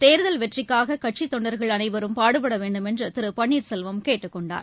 தேர்தல் வெற்றிக்காககட்சித்தொண்டர்கள் அளைவரும் பாடுபடவேண்டும் என்றுதிருபன்னீர்செல்வம் கேட்டுக்கொண்டார்